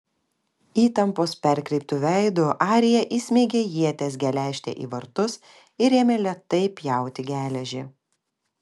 įtampos perkreiptu veidu arija įsmeigė ieties geležtę į vartus ir ėmė lėtai pjauti geležį